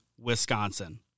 wisconsin